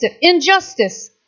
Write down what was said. Injustice